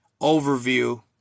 overview